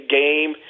game